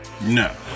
No